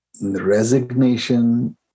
resignation